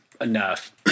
enough